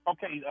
Okay